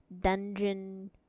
dungeon